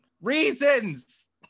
Reasons